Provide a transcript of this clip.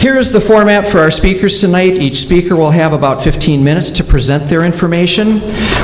here's the format for our speaker some night each speaker will have about fifteen minutes to present their information